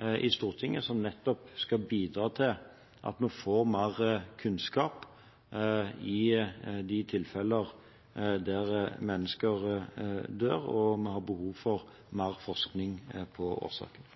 i Stortinget, som nettopp skal bidra til at vi får mer kunnskap i de tilfeller der mennesker dør, og vi har behov for mer forskning på årsakene.